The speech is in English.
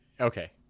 Okay